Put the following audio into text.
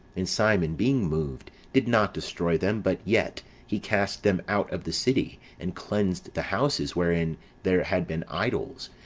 and simon being moved, did not destroy them but yet he cast them out of the city, and cleansed the houses wherein there had been idols,